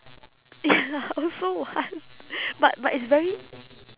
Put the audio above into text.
ya I also want but but it's very